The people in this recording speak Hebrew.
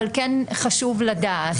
אבל כן חשוב לדעת.